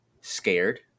scared